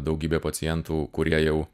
daugybė pacientų kurie jau